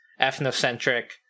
ethnocentric